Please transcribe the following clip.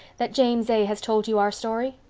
that james a. has told you our story?